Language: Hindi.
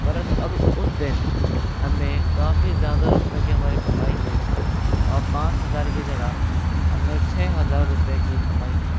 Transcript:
परंतु अगर उस दिन हमें काफ़ी ज़्यादा रुपये की हमारी कमाई हुई और पाँच हज़ार की जगह हमने छः हज़ार रुपये की कमाई की